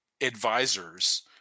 advisors